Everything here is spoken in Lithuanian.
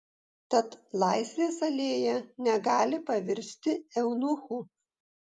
tad laisvės alėja negali pavirsti eunuchu